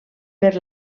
per